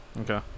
Okay